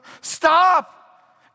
Stop